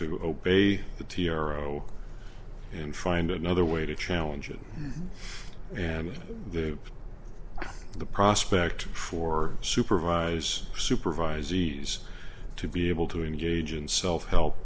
to obey the t r o and find another way to challenge it and the the prospect for supervisors supervise e s to be able to engage in self help